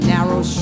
Narrow